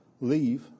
leave